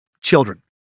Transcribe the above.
children